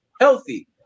healthy